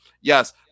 yes